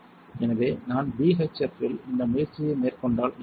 எனவே நான் BHF இல் இந்த முயற்சியை மேற்கொண்டால் என்ன நடக்கும்